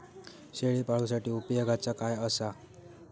शेळीपाळूसाठी उपयोगाचा काय असा?